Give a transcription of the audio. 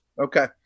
Okay